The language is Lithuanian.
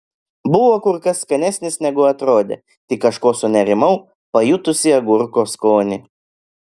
buvo kur kas skanesnis negu atrodė tik kažko sunerimau pajutusi agurko skonį